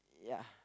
ya